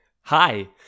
Hi